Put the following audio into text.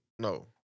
No